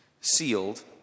sealed